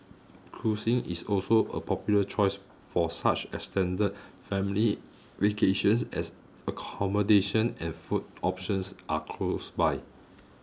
cruising is also a popular choice for such extended family vacations as accommodation and food options are close by